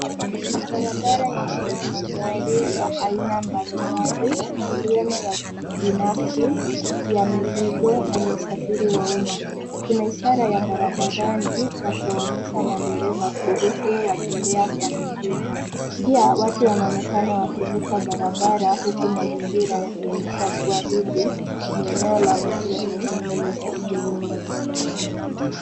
Barabara imejaa magari ya aina mbalimbali, yakiwemo ya binafsi, ya mizigo na ya usafiri wa umma. Kuna ishara ya barabarani inayowaonya madereva kupunguza mwendo na kutumia taa za farasi. Hapo, watu wanaonekana wakivuka barabara huku mazingira ya mjini yakionyesha shughuli nyingi za kila siku